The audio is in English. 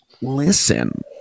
Listen